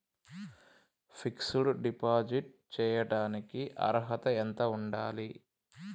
Fix డ్ deposit చేయటానికి అర్హత ఎంత ఉండాలి?